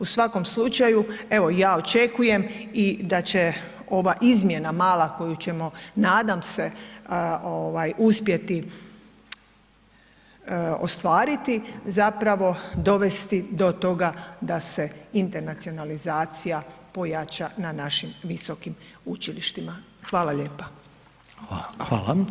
U svakom slučaju, evo ja očekujem i da će ova izmjena mala koju ćemo nadam se ovaj uspjeti ostvariti zapravo dovesti do toga da se internacionalizacija pojača na našim visokim učilištima.